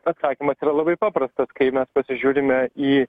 atsakymas yra labai paprastas kai mes pasižiūrime į